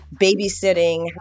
babysitting